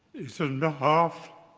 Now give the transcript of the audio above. is on behalf